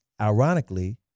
ironically